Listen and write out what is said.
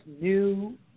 new